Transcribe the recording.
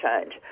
change